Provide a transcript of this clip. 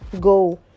go